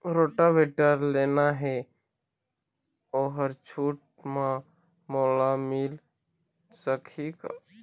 Rotavator लेना हे ओहर छूट म मोला मिल सकही का?